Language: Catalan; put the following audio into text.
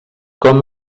com